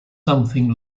something